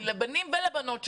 לבנים ולבנות,